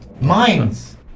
Mines